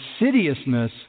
insidiousness